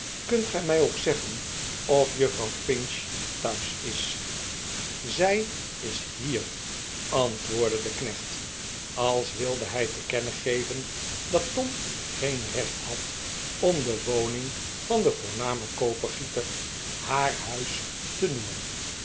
kunt gij mij ook zeggen of juffrouw pinch thuis is zij is hier antwoordde de knecht als wilde hij te kennen geven dat tom geen recht had om de woning van den voornamen kopergieter haar huis te noemen